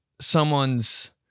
someone's